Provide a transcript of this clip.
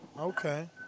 Okay